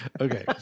Okay